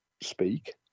speak